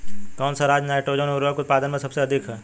कौन सा राज नाइट्रोजन उर्वरक उत्पादन में सबसे अधिक है?